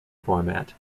format